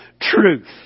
truth